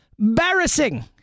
embarrassing